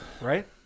Right